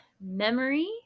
Memory